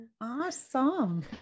Awesome